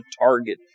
target